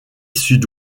sud